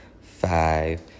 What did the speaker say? five